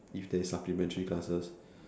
if there's supplementary classes